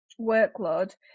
workload